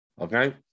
okay